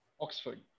Oxford